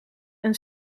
een